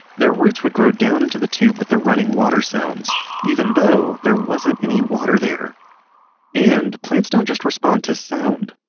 their roots would grow down into the tube with the running water sounds even though there wasn't any water there and plants don't just respond to sound.